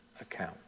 account